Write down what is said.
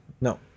No